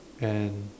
and